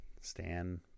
Stan